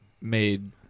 Made